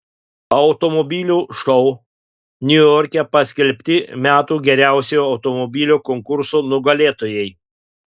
automobilių šou niujorke paskelbti metų geriausio automobilio konkurso nugalėtojai